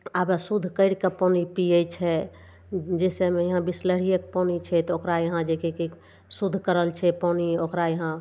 आब शुद्ध करिकऽ पानि पीयै छै जैसेमे यहाँ बिसलेरियेके पानि छै तऽ ओकरा यहाँ जे कि शुद्ध करल छै पानि ओकरा यहाँ